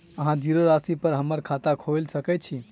अहाँ जीरो राशि पर हम्मर खाता खोइल सकै छी?